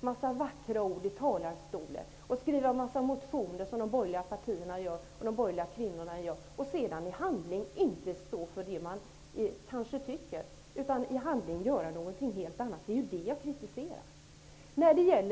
massa vackra ord i talarstolen och skriva en massa motioner, som de borgerliga partierna och kvinnorna gör, och sedan i handling inte stå för det utan göra någonting helt annat. Det kritiserar jag.